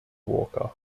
walker